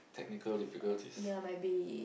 technical difficulties